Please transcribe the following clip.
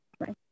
right